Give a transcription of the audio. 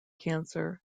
cancer